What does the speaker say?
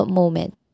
moment